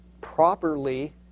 properly